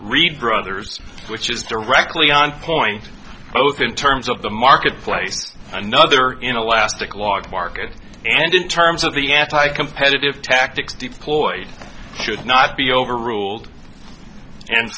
read brothers which is directly on point both in terms of the marketplace another in a lastic logged market and in terms of the anti competitive tactics deployed should not be overruled and